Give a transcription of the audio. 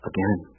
Again